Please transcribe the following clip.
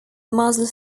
muzzle